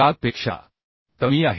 4 पेक्षा कमी आहे